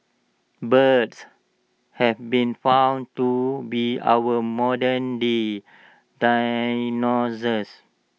birds have been found to be our modernday dinosaurs